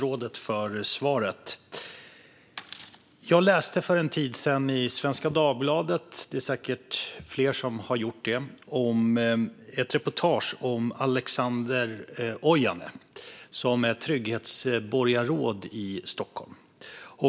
Herr talman! Jag tackar statsrådet för svaret. Jag läste för en tid sedan i Svenska Dagbladet ett reportage om Alexander Ojanne, trygghetsborgarråd i Stockholm.